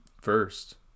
first